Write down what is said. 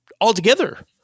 altogether